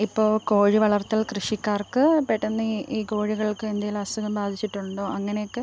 ഇപ്പോൾ കോഴി വളർത്തൽ കൃഷിക്കാർക്ക് പെട്ടെന്ന് ഈ ഈ കോഴികൾക്ക് എന്തെങ്കിലും അസുഖം ബാധിച്ചിട്ടുണ്ടോ അങ്ങനെയൊക്കെ